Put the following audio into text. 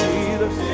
Jesus